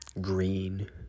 green